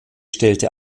stellte